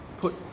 put